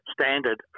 standard